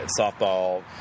softball